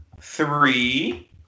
three